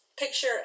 Picture